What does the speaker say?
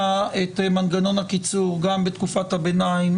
את מנגנון הקיצור גם בתקופת הביניים,